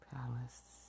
Palace